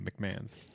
McMahon's